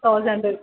thousand